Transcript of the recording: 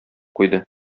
куйды